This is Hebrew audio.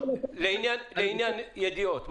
לעניין ידיעות,